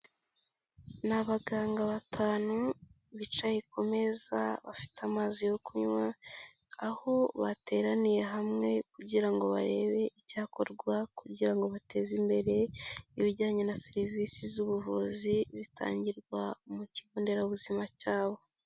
Ni abaganga batanu bicaye ku meza bafite amazi yo kunywa, aho bateraniye hamwe kugira ngo barebe icyakorwa kugira ngo bateze imbere ibijyanye na serivisi z'ubuvuzi zitangirwa mu kigo nderabuzima cyabo.